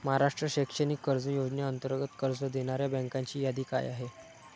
महाराष्ट्र शैक्षणिक कर्ज योजनेअंतर्गत कर्ज देणाऱ्या बँकांची यादी काय आहे?